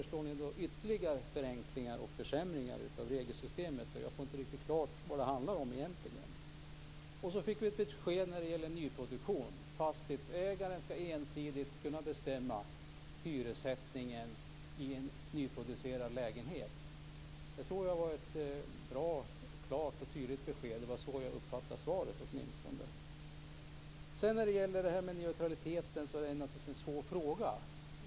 Ni föreslår ytterligare förenklingar och försämringar av regelsystemet, och jag får inte riktigt klart för mig vad det handlar om egentligen. Så fick vi ett besked när det gäller nyproduktion. Fastighetsägaren ska ensidigt kunna bestämma hyressättningen i en nyproducerad lägenhet. Det tror jag var ett bra, klart och tydligt besked. Det var åtminstone så jag uppfattade svaret. Det här med neutraliteten är naturligtvis en svår fråga.